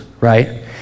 right